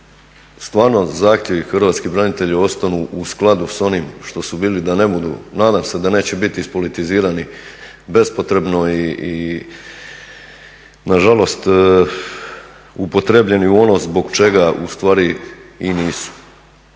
stvarno zahtjevi Hrvatskih branitelja ostanu u skladu s onim što su bili. Nadam se da neće biti ispolitizirani bespotrebno i nažalost upotrijebljeni u ono zbog čega ustvari i nisu,